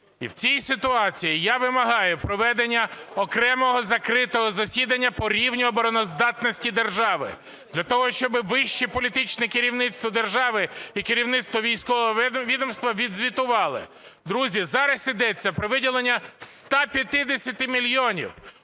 І в цій ситуації я вимагаю проведення окремого закритого засідання по рівню обороноздатності держави для того, щоби вище політичне керівництво держави і керівництво військового відомства відзвітували. Друзі, зараз йдеться про виділення 150 мільйонів.